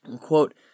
quote